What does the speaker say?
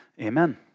amen